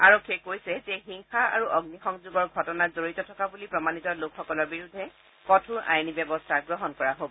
আৰক্ষীয়ে কৈছে যে হিংসা আৰু অগ্নিসংযোগৰ ঘটনাত জড়িত থকা বুলি প্ৰমাণিত লোকসকলৰ বিৰুদ্ধে কঠোৰ আইনী ব্যৱস্থা গ্ৰহণ কৰা হব